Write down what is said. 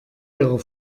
ihrer